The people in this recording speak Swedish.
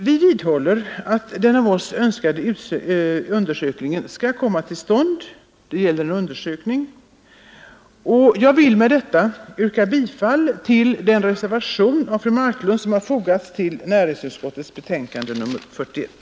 Vi vidhåller att vi vill att den av oss önskade undersökningen skall komma till stånd — det gäller en undersökning. Jag vill med det anförda yrka bifall till den reservation av fru Marklund som har fogats till näringsutskottets betänkande nr 41.